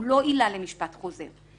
הוא לא עילה למשפט חוזר.